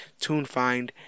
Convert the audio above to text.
TuneFind